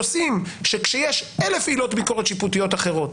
שכשיש אלף עילות ביקורת שיפוטיות אחרות,